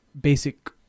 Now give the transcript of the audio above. basic